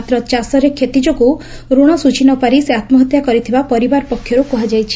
ମାତ୍ର ଚାଷରେ କ୍ଷତି ଯୋଗୁଁ ଋଣ ଶୁଝି ନ ପାରି ସେ ଆତ୍କହତ୍ୟା କରିଥିବା ପରିବାର ପକ୍ଷରୁ କୁହାଯାଇଛି